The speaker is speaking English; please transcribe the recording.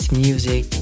music